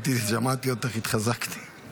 חברת הכנסת מירב בן ארי.